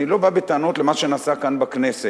אני לא בא בטענות למה שנעשה כאן בכנסת,